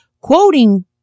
quoting